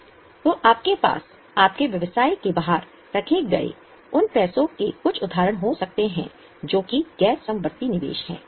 तो आपके पास आपके व्यवसाय के बाहर रखे गए उन पैसों के कुछ उदाहरण हो सकते हैं जो कि गैर समवर्ती निवेश है